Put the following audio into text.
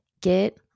get